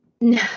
No